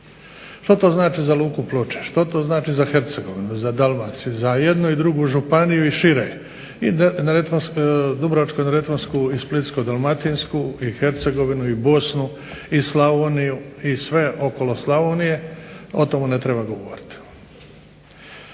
Što to znači za luku Ploče, što to znači za Hercegovinu, za Dalmaciju za jednu i drugu županiju i šire, i Dubrovačko-neretvansku i Splitsku-dalmatinsku i Hercegovinu i Bosnu i sve okolo Slavonije o tome ne treba govoriti.